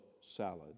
salad